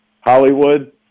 Hollywood